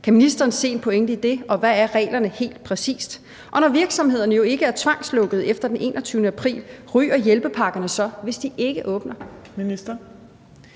Kan ministeren se en pointe i det, og hvad er reglerne helt præcist? Og når virksomhederne jo ikke er tvangslukkede efter den 21. april, ryger hjælpepakkerne så, hvis de ikke åbner?